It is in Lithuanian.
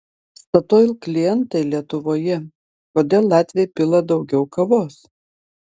statoil klientai lietuvoje kodėl latviai pila daugiau kavos